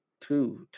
two